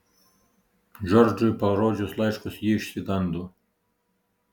džordžui parodžius laiškus ji išsigando